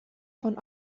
von